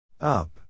up